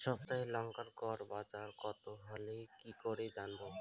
সপ্তাহে লংকার গড় বাজার কতো হলো কীকরে জানবো?